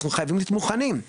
ואנחנו חייבים להיות מוכנים.